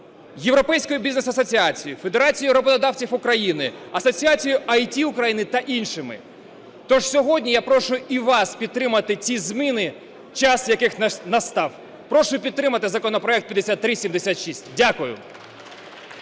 Європейською Бізнес Асоціацією, Федерацією роботодавців України, Асоціацією "ІТ Ukraine" та іншими. Тож сьогодні я прошу і вас підтримати ці зміни, час яких настав. Прошу підтримати законопроект 5376. Дякую.